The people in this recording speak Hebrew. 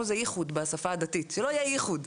בשפה הדתית קוראים לזה יחוד.